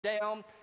down